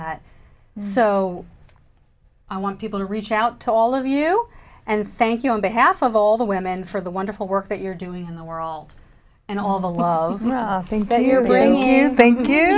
that so i want people to reach out to all of you and thank you on behalf of all the women for the wonderful work that you're doing and the where all and all the love think that you're bringing thank you